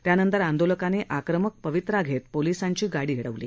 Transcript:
त्यानंतर आंदोलकांनी आक्रमक पवित्रा घेत पोलिसांची गाडी अडवली